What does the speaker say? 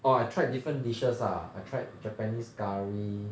oh I tried different dishes ah I tried japanese curry